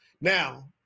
Now